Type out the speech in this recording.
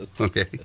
okay